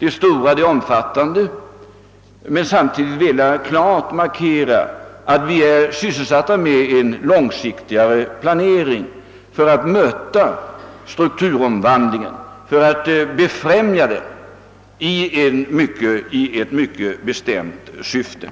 och omfattande de är. Men samtidigt vill jag klart markera att vi är sysselsatta med en långsiktigare planering för att befrämja strukturomvandlingen i ett mycket bestämt syfte.